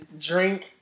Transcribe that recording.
drink